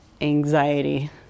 anxiety